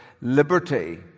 liberty